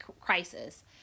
crisis